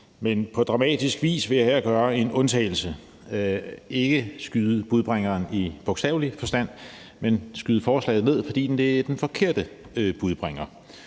På dramatisk vis vil jeg her gøre en undtagelse – ikke skyde budbringeren i bogstavelig forstand, men skyde forslaget ned, fordi det er den forkerte budbringer.